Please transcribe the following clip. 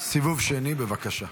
סיבוב שני, בבקשה.